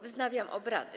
Wznawiam obrady.